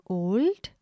old